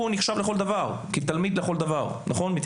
הוא נחשב כתלמיד עולה לכל דבר.